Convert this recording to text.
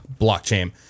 blockchain